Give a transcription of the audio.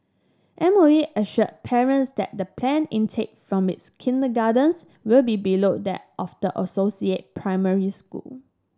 M O E assured parents that the planned intake from its kindergartens will be below that of the associated primary school